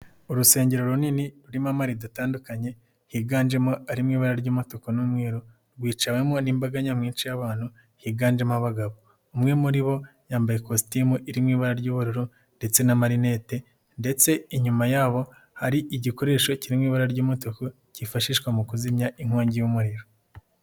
Urusengero runini rurimo amarido atandukanye higanjemo ari mu ibara ry'umutuku n'umweru rwiciwemo n'imbaga nyamwinshi y'abantu, higanjemo abagabo umwe muri bo yambaye ikositimu iri mu ibara ry'ubururu ndetse n'amarinete ndetse inyuma yabo hari igikoresho kiri mu ibara ry'umutuku kifashishwa mu kuzimya inkongi y'umuriro.